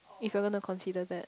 if you're gonna consider that